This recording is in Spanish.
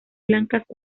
blancas